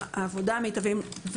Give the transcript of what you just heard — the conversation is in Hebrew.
העבודה המיטביים,